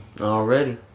Already